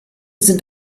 sind